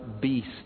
beast